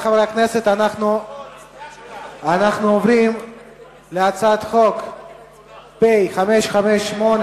אנחנו עוברים להצעת חוק פ/558,